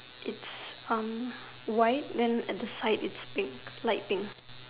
it's um white then at the side it's pink light pink